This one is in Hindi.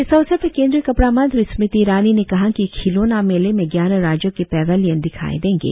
इस अवसर पर केंद्रीय कपड़ा मंत्री स्मृति ईरानी ने कहा कि खिलौना मेले में ग्यारह राज्यों के पेवेलियन दिखाई देंगे